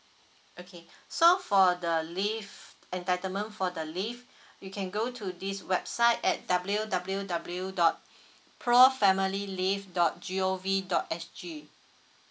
okay so for the leave entitlement for the leave you can go to this website at W_W_W dot pro family leave dot G_O_V dot S_G